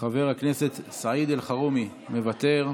חבר הכנסת סעיד אלחרומי, מוותר.